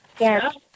yes